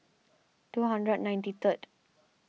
two hundred and ninety third